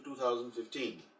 2015